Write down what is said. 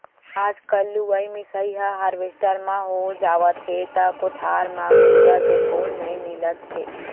आजकल लुवई मिसाई ह हारवेस्टर म हो जावथे त कोठार म कुंदरा देखउ नइ मिलत हे